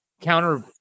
counter